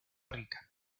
rica